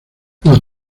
los